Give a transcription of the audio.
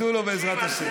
ייוולדו לו, בעזרת השם.